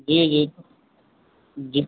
जी जी जी